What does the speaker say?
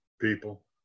people